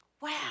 Wow